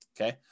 okay